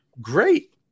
great